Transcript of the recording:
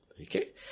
Okay